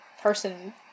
person